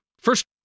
First